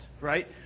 right